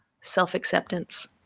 self-acceptance